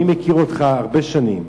אני מכיר אותך הרבה שנים,